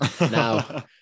Now